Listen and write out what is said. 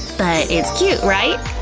but it's cute, right?